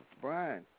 Brian